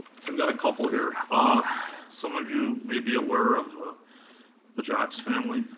we got a couple here. ah some of you may be aware of the jacques family,